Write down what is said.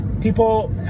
People